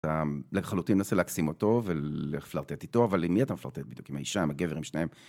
אתה לחלוטין מנסה להקסים אותו ולפלרטט איתו, אבל עם מי אתה מפלרטט בדיוק? עם האישה, עם הגבר, עם שניהם?